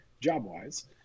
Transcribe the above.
job-wise